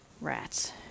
Rats